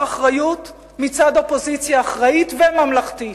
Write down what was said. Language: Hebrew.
אחריות מצד אופוזיציה אחראית וממלכתית.